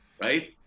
right